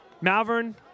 Malvern